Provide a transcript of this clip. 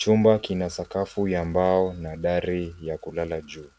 Chumba kina sakafu ya mbao na dari ya kulala juu.